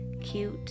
cute